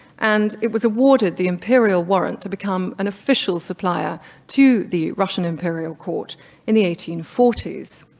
and it was awarded the imperial warrant to become an official supplier to the russian imperial court in the eighteen forty s.